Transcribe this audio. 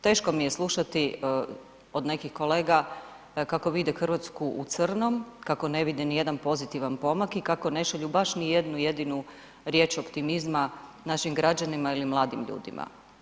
Teško mi je slušati od nekih kolega kako vide Hrvatsku u crnom, kako ne vidi ni jedan pozitivan pomak i kako ne šalju baš ni jednu jedinu riječ optimizma našim građanima ili mladim ljudima.